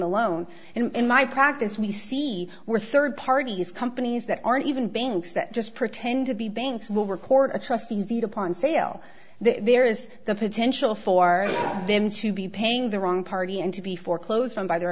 loan in my practice we see we're third parties companies that aren't even banks that just pretend to be banks will record the trustees deed upon sale there is the potential for them to be paying the wrong party and to be foreclosed on by